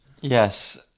Yes